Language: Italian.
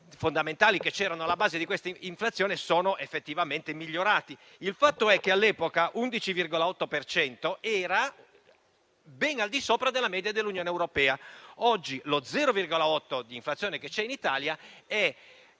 fondamentali che ne erano alla base sono effettivamente migliorati. Il fatto è che all'epoca l'11,8 per cento era ben al di sopra della media dell'Unione europea; oggi lo 0,8 di inflazione che c'è in Italia è